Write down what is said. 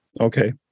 Okay